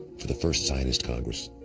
for the first zionist congress.